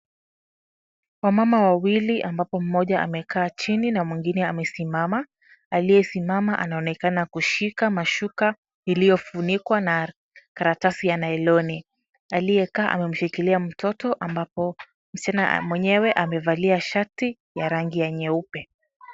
Wamama wawili ambapo mmoja amekaa chini na mwingine amesimama. Aliyesimama anaonekana kushika mashuka iliyofunikwa na karatasi ya nailoni. Aliyekaa amemshikilia mtoto ambapo msichana mwenyewe amevalia shati ya rangi ya nyeupe.